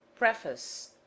Preface